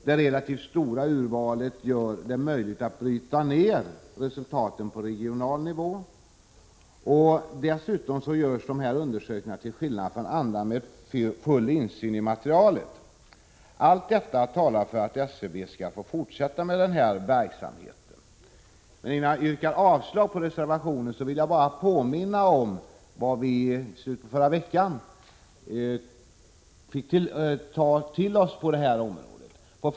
Det relativt stora urvalet gör det möjligt att bryta ned resultaten på regional nivå. Dessutom görs de här undersökningarna, till skillnad från andra, med full insyn i materialet. Allt detta talar för att SCB bör få fortsätta med verksamheten. Innan jag yrkar avslag på reservationen vill jag bara påminna om vad vi i slutet av förra veckan fick ta del av på det här området.